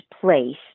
place